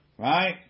Right